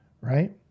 right